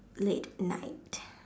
late night